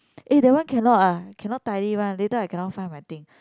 eh that one cannot ah cannot tidy one later I cannot find my thing